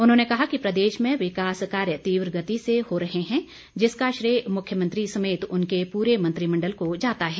उन्होंने कहा कि प्रदेश में विकास कार्य तीव्र गति से हो रहे हैं जिसका श्रेय मुख्यमंत्री समेत उनके पूरे मंत्रिमण्डल को जाता है